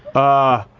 ah,